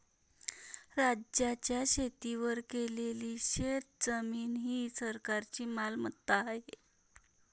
राज्याच्या शेतीवर केलेली शेतजमीन ही सरकारची मालमत्ता आहे